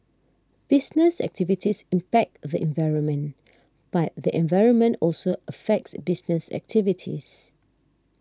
business activities impact the environment but the environment also affects business activities